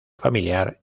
familiar